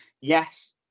Yes